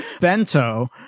Bento